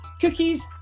cookies